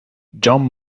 john